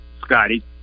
Scotty